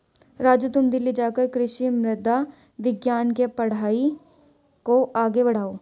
राजू तुम दिल्ली जाकर कृषि मृदा विज्ञान के पढ़ाई को आगे बढ़ाओ